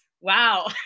Wow